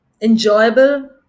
enjoyable